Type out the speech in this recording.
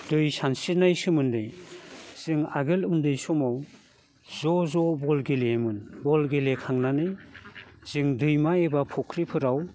दै सानस्रिनायनि सोमोन्दै जों आगोल उन्दै समाव ज' ज' बल गेलेयोमोन बल गेलेखांनानै जों दैमा एबा फुख्रिफोराव